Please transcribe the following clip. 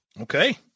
Okay